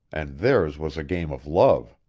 and theirs was a game of love.